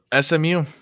SMU